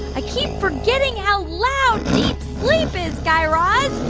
i keep forgetting how loud deep sleep is, guy raz.